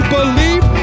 believe